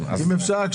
אם אפשר,